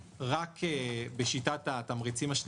חבר הכנסת גפני רק בשיטת התמריצים השליליים,